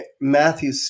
Matthew